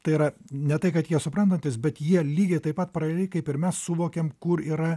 tai yra ne tai kad jie suprantantys bet jie lygiai taip pat paraleliai kaip ir mes suvokiam kur yra